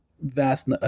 vast